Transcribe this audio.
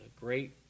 great